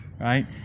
right